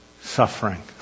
suffering